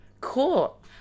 Cool